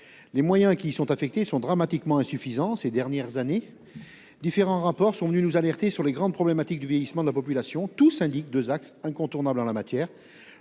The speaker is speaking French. Les moyens qui y sont affectés sont dramatiquement insuffisants ces dernières années. Différents rapports nous ont d'ailleurs alertés sur les grandes problématiques du vieillissement de la population. Tous indiquent deux axes incontournables en la matière